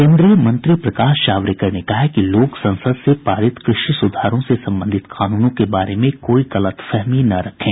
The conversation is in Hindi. केन्द्रीय मंत्री प्रकाश जावडेकर ने कहा है कि लोग संसद से पारित कृषि सुधारों से संबंधित कानूनों के बारे में कोई गलतफहमी न रखें